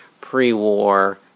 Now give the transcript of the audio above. pre-war